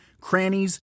crannies